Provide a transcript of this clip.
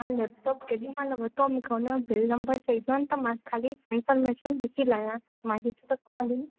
तव्हां लेपटॉप केॾी महिल केॾी महिल वरितो आहे मूंखे हुनजो बिल नम्बर चइजो त मां खाली इन्फॉर्मेशन ॾिसी लायां त मां इहे सभु वरी